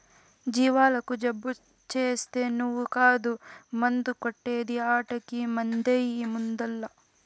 జీవాలకు జబ్బు చేస్తే నువ్వు కాదు మందు కొట్టే ది ఆటకి మందెయ్యి ముందల్ల